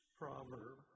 proverb